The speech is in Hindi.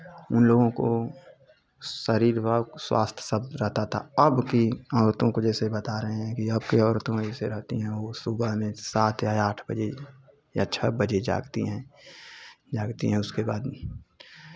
उन लोगों को शरीर वा स्वास्थ सब रहता था अबकी औरतों को जैसे बता रहे हैं कि अबकी औरतों जैसे रहेती हैं वो सुबह में सात या आठ बजे या छः बजे जागती हैं जागती हैं उसके बाद